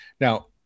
now